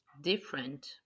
different